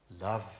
Love